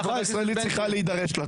החברה הישראלית צריכה להידרש לה.